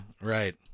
right